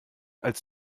als